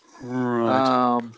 Right